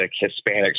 Hispanic